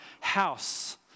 house